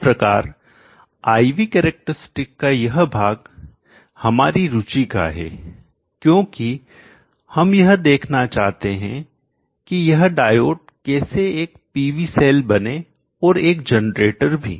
इस प्रकार I V characteristic का यह भाग हमारी रुचि का है क्योंकि हम यह देखना चाहते हैं कि यह डायोड कैसे एक पीवी सेल बने और एक जनरेटर भी